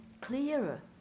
clearer